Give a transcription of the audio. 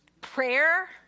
prayer